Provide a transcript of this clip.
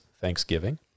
thanksgiving